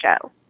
show